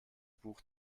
buch